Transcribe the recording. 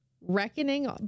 reckoning